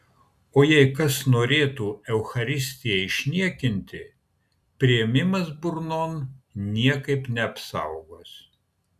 o jei kas norėtų eucharistiją išniekinti priėmimas burnon niekaip neapsaugos